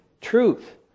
truth